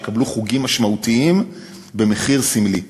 שיקבלו חוגים משמעותיים במחיר סמלי.